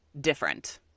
different